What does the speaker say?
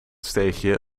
steegje